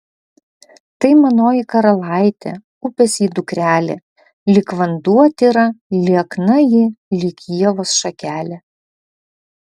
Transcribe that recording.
tai manoji karalaitė upės ji dukrelė lyg vanduo tyra liekna ji lyg ievos šakelė